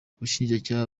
ubushinjacyaha